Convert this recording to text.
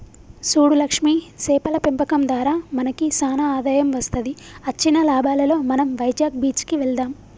సూడు లక్ష్మి సేపల పెంపకం దారా మనకి సానా ఆదాయం వస్తది అచ్చిన లాభాలలో మనం వైజాగ్ బీచ్ కి వెళ్దాం